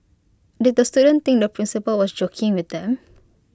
did the students think the principal was joking with them